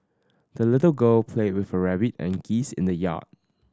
the little girl played with her rabbit and geese in the yard